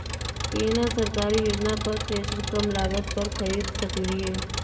केना सरकारी योजना पर थ्रेसर कम लागत पर खरीद सकलिए?